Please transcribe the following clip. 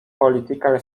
political